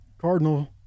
Cardinal